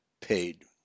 paid